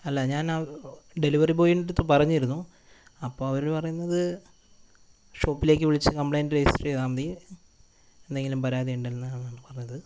അല്ല ഞാൻ ആ ഡെലിവറി ബോയീൻ്റടുത്തു പറഞ്ഞിരുന്നു അപ്പോൾ അവരു പറയുന്നത് ഷോപ്പിലേക്ക് വിളിച്ച് കംപ്ലൈൻ്റ് രജിസ്റ്റർ ചെയ്താൽ മതി എന്തെങ്കിലും പരാതിയുണ്ടെങ്കിൽ എന്നാണ് അയാൾ പറഞ്ഞത്